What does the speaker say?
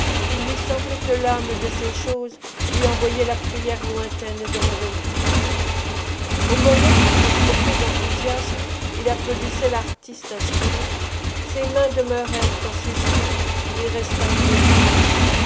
il lui semblait que l'âme de ces choses lui envoyait la prière lointaine de revenir au moment où transporté d'enthousiasme il applaudissait l'artiste inspirée ses mains demeurèrent en suspens il resta immobile